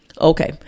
okay